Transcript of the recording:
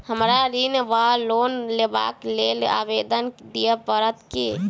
हमरा ऋण वा लोन लेबाक लेल आवेदन दिय पड़त की?